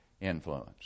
influence